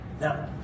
Now